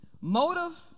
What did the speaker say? Motive